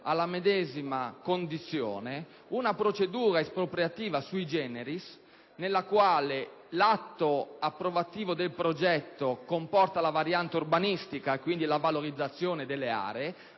alla medesima condizione una procedura espropriativa *sui generis*, nella quale l'atto approvativo del progetto comporta la variante urbanistica, quindi la valorizzazione delle aree,